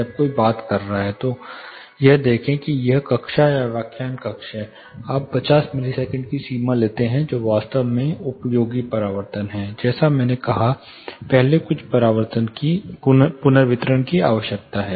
जब कोई बात कर रहा है तो यह देखें कि क्या यह कक्षा या व्याख्यान कक्ष है आप 50 मिलीसेकंड की सीमा लेते हैं जो वास्तव में उपयोगी परावर्तन है जैसा मैंने कहा पहले कुछ पुनर्वितरण की आवश्यकता है